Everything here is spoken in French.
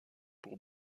pour